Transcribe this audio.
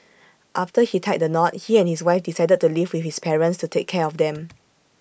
after he tied the knot he and his wife decided to live with his parents to take care of them